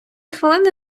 хвилини